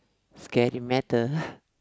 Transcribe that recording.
scary matter